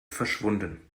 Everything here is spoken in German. verschwunden